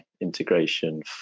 integration